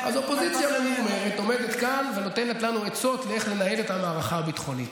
אז האופוזיציה עומדת כאן ונותנת לנו עצות איך לנהל את המערכה הביטחונית.